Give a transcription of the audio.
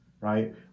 right